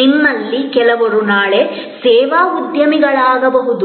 ನಿಮ್ಮಲ್ಲಿ ಕೆಲವರು ನಾಳೆ ಸೇವಾ ಉದ್ಯಮಿಗಳಾಗಬಹುದು